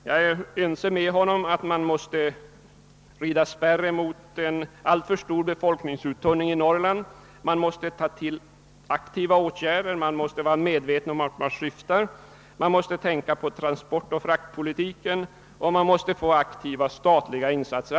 Jag är ense med honom om att man måste rida spärr mot en alltför stor befolkningsuttunning, man måste vidta aktiva åtgärder, man måste vara medveten om vart man syftar, man måste tänka på transportoch fraktpolitiken och det måste göras aktiva statliga insatser.